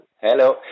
Hello